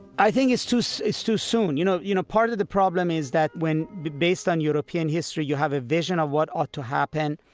i think it's too so it's too soon. you know you know, part of the problem is that, when based on european history, you have a vision of what ought to happen,